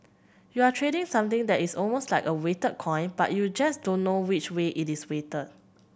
you're trading something that is almost like a weighted coin but you just don't know which way it is weighted